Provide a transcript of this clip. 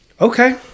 Okay